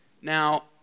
now